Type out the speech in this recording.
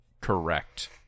correct